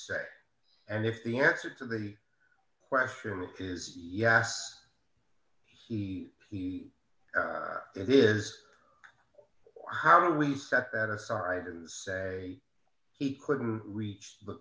say and if the answer to the question is yes he he it is how do we separate aside and say he couldn't reach the